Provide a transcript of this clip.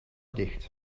dicht